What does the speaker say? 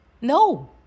No